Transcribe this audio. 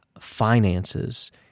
finances